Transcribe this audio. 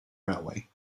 railway